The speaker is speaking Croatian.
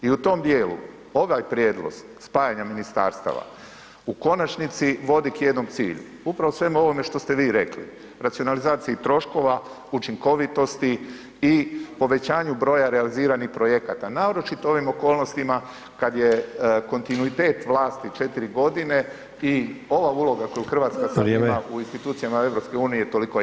I u tom djelu ovaj prijedlog spajanja ministarstava, u konačnici vodi k jednom cilju, upravo ovome što ste vi rekli, racionalizaciji troškova, učinkovitosti i povećanju broja realiziranih projekata, naročito u ovim okolnostima kad je kontinuitet vlasti 4 g. i ova uloga koju Hrvatska sad ima u institucijama EU-a je toliko jaka.